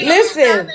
Listen